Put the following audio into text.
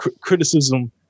criticism